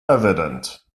evident